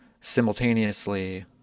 simultaneously